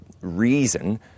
reason